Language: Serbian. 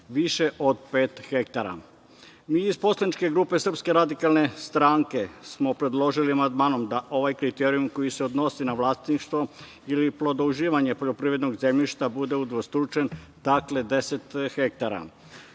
više od pet hektara. Mi iz poslaničke grupe SRS smo predložili amandmanom da ovaj kriterijum koji se odnosi na vlasništvo, ili plodouživanje poljoprivrednog zemljišta, bude udvostručen na deset hektara.